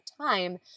time